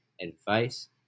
advice